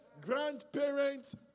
Grandparents